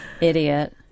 idiot